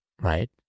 right